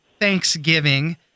Thanksgiving